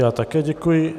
Já také děkuji.